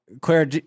Claire